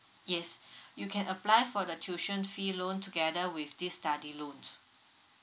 yes you can apply for the tuition fee loan together with this study loan